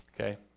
Okay